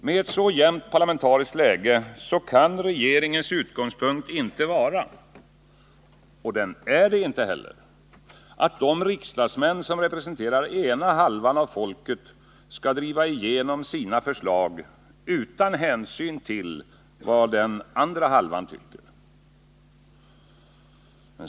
Med ett så jämnt parlamentariskt läge kan regeringens utgångspunkt inte vara — och är inte heller — att de riksdagsmän som representerar ena halvan av folket skall driva igenom sina förslag utan hänsyn till vad den andra halvan tycker.